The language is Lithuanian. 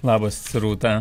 labas rūta